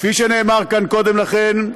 כפי שנאמר כאן קודם לכן,